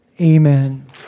Amen